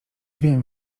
wiem